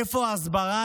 איפה ההסברה?